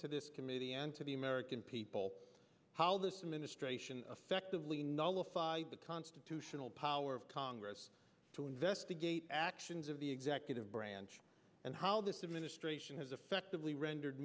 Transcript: to this committee and to the american people how this administration affectively nullified the constitutional power of congress to investigate actions of the executive branch and how this administration has effectively rendered